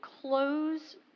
close